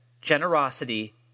generosity